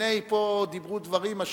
דיברו פה דברים,